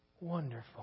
wonderful